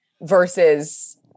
versus